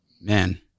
man